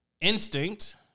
Instinct